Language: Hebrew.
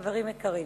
חברים יקרים,